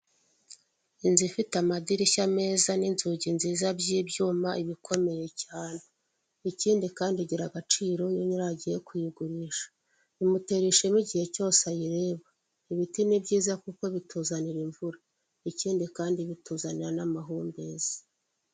Inzu ifite amadirishya meza n'inzugi nziza by'ibyuma iba ikomeye cyane, ikindi kandi igira agaciro iyo nyirayo agiye kuyigurisha, imutera ishema igihe cyose ayireba, ibiti ni byiza kuko bituzanira imvura, ikindi kandi bituzanira amahumbezi.